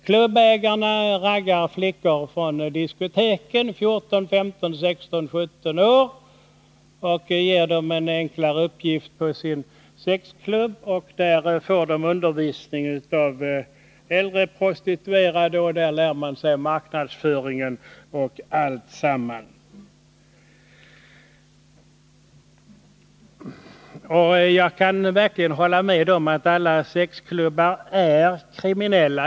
Klubbägarna ”raggar” flickor i åldrarna 14, 15, 16, 17 år från diskoteken och ger dem en enklare uppgift på sin sexklubb. Där får flickorna undervisning av äldre prostituerade, och där lär de sig marknadsföring och allt annat i det sammanhanget. Jag kan verkligen hålla med om att alla sexklubbar är kriminella.